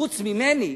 חוץ ממני,